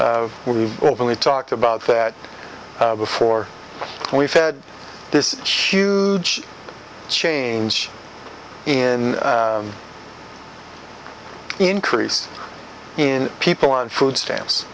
only talked about that before we've had this huge change in increase in people on food stamps